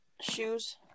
Shoes